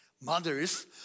Mothers